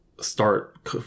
start